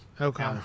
Okay